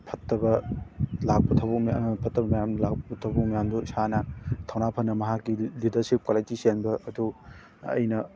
ꯐꯠꯇꯕ ꯂꯥꯛꯄ ꯊꯕꯛ ꯃꯌꯥꯝ ꯐꯠꯇꯕ ꯃꯌꯥꯝ ꯂꯥꯛꯄ ꯊꯕꯛ ꯃꯌꯥꯝꯗꯨ ꯏꯁꯥꯅ ꯊꯧꯅꯥ ꯐꯅ ꯃꯍꯥꯛꯀꯤ ꯂꯤꯗꯔꯁꯤꯞ ꯀ꯭ꯋꯥꯂꯤꯇꯤ ꯆꯦꯟꯕ ꯑꯗꯨ ꯑꯩꯅ